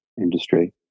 industry